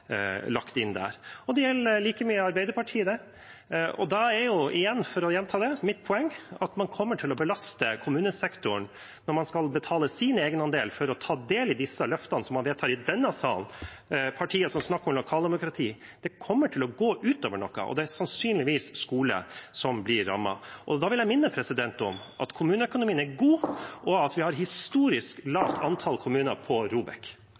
lagt inn der. Og det gjelder like mye Arbeiderpartiet. Da er – for å gjenta det – mitt poeng at man kommer til å belaste kommunesektoren når man skal betale sin egenandel for å ta del i de løftene som man vedtar i denne salen, partier som snakker om lokaldemokrati. Det kommer til å gå ut over noe, og det er sannsynligvis skole som blir rammet. Da vil jeg minne om at kommuneøkonomien er god, og at vi har et historisk lavt antall kommuner på